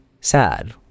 sad